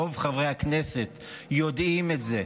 רוב חברי הכנסת יודעים את זה,